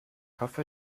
hoffe